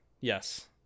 Yes